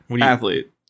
athlete